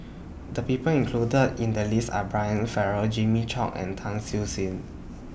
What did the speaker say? The People included in The list Are Brian Farrell Jimmy Chok and Tan Siew Sin